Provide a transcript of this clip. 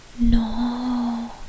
no